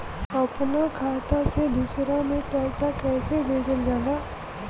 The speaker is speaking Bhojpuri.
अपना खाता से दूसरा में पैसा कईसे भेजल जाला?